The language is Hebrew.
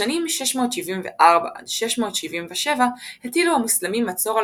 בשנים 674–677 הטילו המוסלמים מצור על